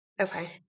Okay